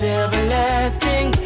everlasting